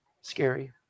scary